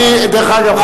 דרך אגב,